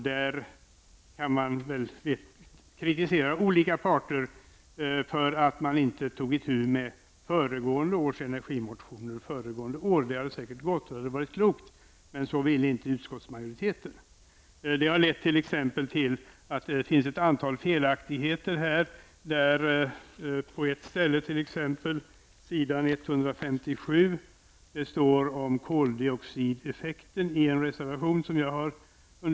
Där kan man väl kritisera olika parter för att inte ta itu med föregående års energimotioner under föregående år. Det hade säkert varit möjligt, och det hade varit klokt. Men det ville inte utskottsmajoriteten. Det har t.ex. lett till att det finns ett antal felaktigheter i betänkandet. T.ex. på s. 157 står det om koldioxideffekten i reservation 22, som jag har skrivit.